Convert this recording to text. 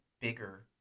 bigger